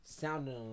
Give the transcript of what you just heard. sounding